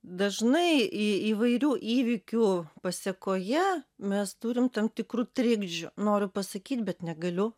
dažnai į įvairių įvykių pasekoje mes turim tam tikrų trikdžių noriu pasakyt bet negaliu